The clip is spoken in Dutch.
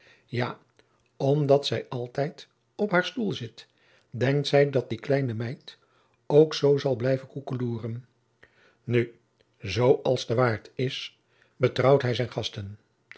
ja omdat zij altijd op haar stoel zit denkt zij dat die kleine meid ook zoo zal blijven koekeloeren nu zoo als de waard is betrouwt hij zijn gasten